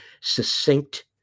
succinct